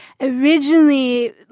Originally